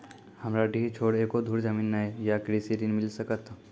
हमरा डीह छोर एको धुर जमीन न या कृषि ऋण मिल सकत?